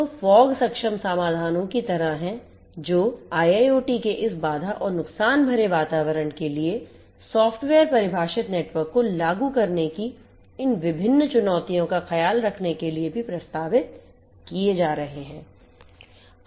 तो FOG सक्षम समाधानों की तरह हैं जो IIoT के इस बाधा और नुकसान भरे वातावरण के लिए सॉफ्टवेयर परिभाषित नेटवर्क को लागू करने की इन विभिन्न चुनौतियों का ख्याल रखने के लिए भी प्रस्तावित किए जा रहे हैं